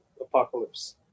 apocalypse